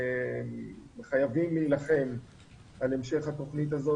וחייבים להילחם על המשך התוכנית הזאת,